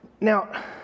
Now